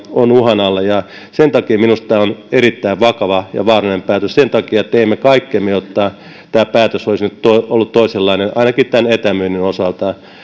on uhan alla ja sen takia minusta tämä on erittäin vakava ja vaarallinen päätös sen takia teimme kaikkemme jotta tämä päätös olisi nyt ollut toisenlainen ainakin tämän etämyynnin osalta